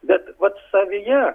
bet vat savyje